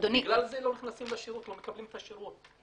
בגלל זה לא נכנסים לשירות ולא מקבלים את השירות.